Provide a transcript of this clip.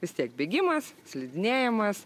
vis tiek bėgimas slidinėjimas